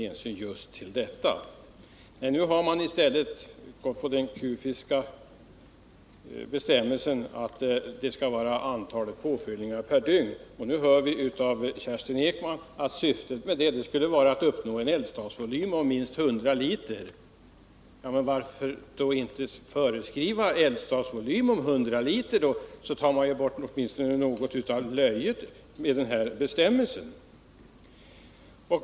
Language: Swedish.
Nu har man i stället gått på den kufiska bestämmelsen att avgörande för möjligheten att få lån och bidrag skall vara antalet påfyllningar per dygn för eldstaden. Nu hör vi av Kerstin Ekman att syftet skulle vara att uppnå en eldstadsvolym på minst 100 liter. Varför då inte föreskriva en eldstadsvolym på 100 liter? Då tar man bort åtminstone något av löjet över den här bestämmelsen.